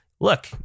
look